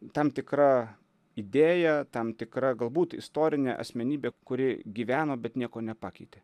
tam tikra idėja tam tikra galbūt istorine asmenybe kuri gyveno bet nieko nepakeitė